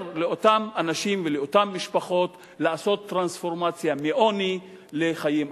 לאותם אנשים ולאותן משפחות לעשות טרנספורמציה מעוני לחיים אחרים.